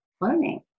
learning